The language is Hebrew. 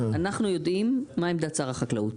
אנחנו יודעים מה עמדת שר החקלאות.